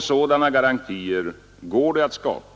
Sådana garantier går det att skapa.